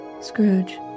Scrooge